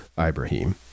Ibrahim